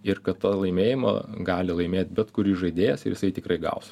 ir kad tą laimėjimą gali laimėt bet kuris žaidėjas ir jisai tikrai gaus